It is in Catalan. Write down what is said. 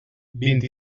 vint